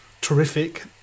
terrific